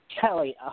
Kelly